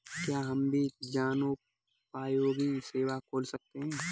क्या हम भी जनोपयोगी सेवा खोल सकते हैं?